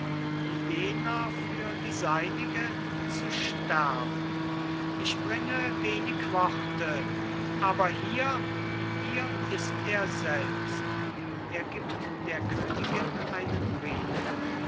wie jener für die seinige zu sterben ich bringe wenig worte aber hier hier ist er selbst er gibt der königin einen brief